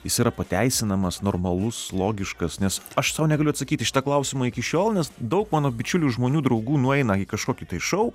jis yra pateisinamas normalus logiškas nes aš sau negaliu atsakyti į šitą klausimą iki šiol nes daug mano bičiulių žmonių draugų nueina į kažkokį tai šou